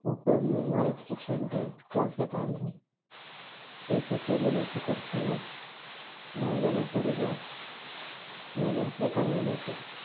खूब म्हारग शिक्षण ते क्लास घेता जाल्या एक स म्हयन्याचो कोर्स जाल्यार धा एक हजार तरी जाय म्हयन्याक एका म्हयन्याचे